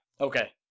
Okay